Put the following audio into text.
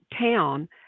town